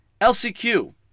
LCQ